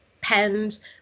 pens